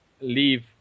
leave